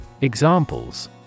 Examples